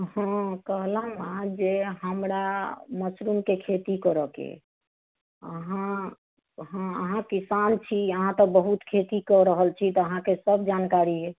हँ कहलहुँ हँ जे हमरा मशरुमके खेती करऽके अछि अहाँ हँ अहाँ किसान छी अहाँ तऽ बहुत खेती कऽ रहल छी तऽ अहाँकेँ सभ जानकारी अछि